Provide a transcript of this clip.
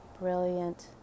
brilliant